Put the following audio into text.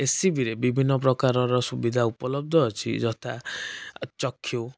ଏସ୍ସିବିରେ ବିଭିନ୍ନ ପ୍ରକାରର ସୁବିଧା ଉପଲବ୍ଧ ଅଛି ଯଥା ଚକ୍ଷୁ